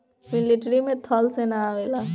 military में थल सेना आवेला